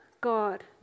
God